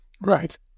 Right